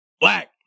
black